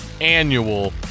annual